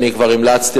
ואני כבר המלצתי,